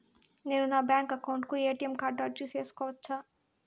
నేను నా bank account కు ఎ.టి.ఎం కార్డు అర్జీ సేసుకోవచ్చా?